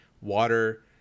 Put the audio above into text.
water